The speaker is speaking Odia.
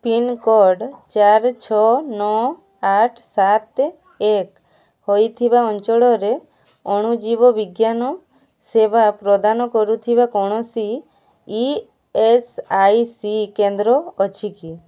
ପିନ୍କୋଡ଼୍ ଚାରି ଛଅ ନଅ ଆଠ ସାତ ଏକ ହେଇଥିବା ଅଞ୍ଚଳରେ ଅଣୁଜୀବ ବିଜ୍ଞାନ ସେବା ପ୍ରଦାନ କରୁଥିବା କୌଣସି ଇ ଏସ୍ ଆଇ ସି କେନ୍ଦ୍ର ଅଛି କି